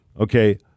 Okay